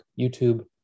YouTube